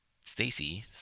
Stacy